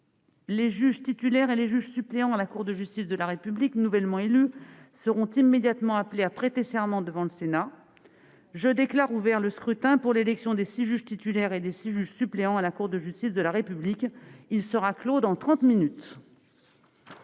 Les juges titulaires et les juges suppléants à la Cour de justice de la République nouvellement élus seront immédiatement appelés à prêter serment devant le Sénat. Je déclare ouvert le scrutin pour l'élection de six juges titulaires et de six juges suppléants à la Cour de justice de la République. Il sera clos dans une